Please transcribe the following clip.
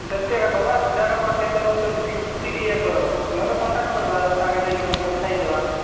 ସେମିତି ଏକା କରିବା ଜାଗା ପାଖରେ ତ ନେଉଛନ୍ତି ଟିକେ ବୁଝିକି ଇଏ କର ନ ହେଲେ କଣ୍ଟାକ୍ଟ କରିବା ତାଙ୍କେ ଯାଇକି ନ ହେଲେ କଥା ହୋଇ ଯିବା